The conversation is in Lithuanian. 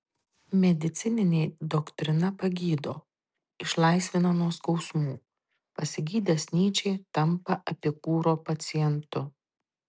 medicininė doktrina pagydo išlaisvina nuo skausmų pasigydęs nyčė tampa epikūro pacientu